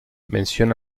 mención